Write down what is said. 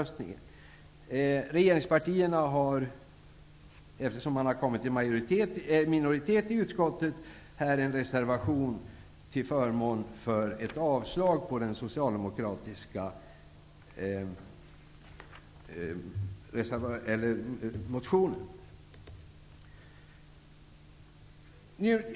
Eftersom regeringspartierna har kommit i minoritet i utskottet har de en reservation till förmån för ett avslag på den socialdemokratiska motionen.